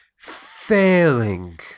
failing